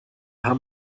haben